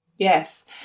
Yes